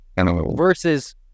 versus